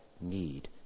need